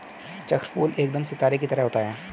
चक्रफूल एकदम सितारे की तरह होता है